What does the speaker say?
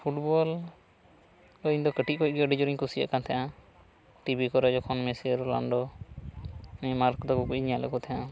football ᱤᱧ ᱫᱚ ᱠᱟᱹᱴᱤᱡ ᱠᱷᱚᱡ ᱜᱮ ᱟᱹᱰᱤ ᱡᱳᱨ ᱤᱧ ᱠᱩᱥᱤᱭᱟᱜ ᱠᱟᱱ ᱛᱟᱦᱮᱸᱱᱟ ᱴᱤᱵᱷᱤ ᱠᱚ ᱨᱮ ᱡᱚᱠᱷᱚᱱ ᱢᱮᱥᱤ ᱨᱳᱞᱟᱱᱰᱳ ᱱᱮᱭᱢᱟ ᱠᱚᱫᱚ ᱵᱚᱠᱩᱧ ᱧᱮᱞ ᱠᱚ ᱛᱟᱦᱮᱸᱱᱟ